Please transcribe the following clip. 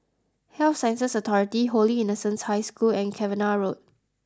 Health Sciences Authority Holy Innocents' High School and Cavenagh Road